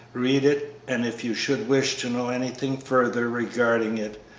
read it, and if you should wish to know anything further regarding it,